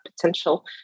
potential